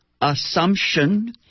assumption